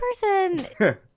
person